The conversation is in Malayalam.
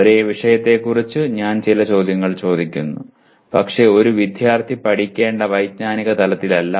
ഒരേ വിഷയത്തെക്കുറിച്ച് ഞാൻ ചില ചോദ്യങ്ങൾ ചോദിക്കുന്നു പക്ഷേ ഒരു വിദ്യാർത്ഥി പഠിക്കേണ്ട വൈജ്ഞാനിക തലത്തിലല്ല